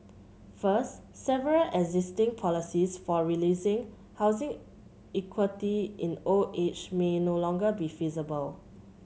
first several existing policies for releasing housing equity in old age may no longer be feasible